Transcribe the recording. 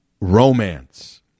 romance